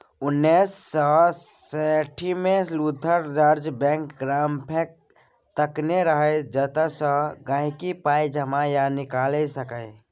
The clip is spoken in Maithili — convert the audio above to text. उन्नैस सय साठिमे लुथर जार्ज बैंकोग्राफकेँ तकने रहय जतयसँ गांहिकी पाइ जमा या निकालि सकै